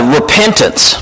repentance